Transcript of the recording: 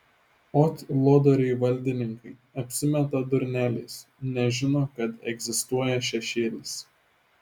ot lodoriai valdininkai apsimeta durneliais nežino kad egzistuoja šešėlis